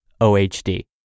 OHD